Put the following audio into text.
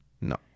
no